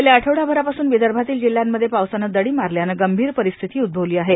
गेल्या आठवडाभरापासून विदर्भातील जिल्ह्यांमध्ये पावसानं दडी मारल्यानं गंभीर परिस्थिती उद्भवली आहे